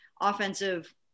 offensive